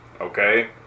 Okay